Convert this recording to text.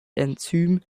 enzym